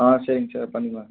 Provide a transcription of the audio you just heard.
ஆ சரிங்க சார் பண்ணிடலாங்க சார்